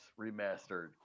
Remastered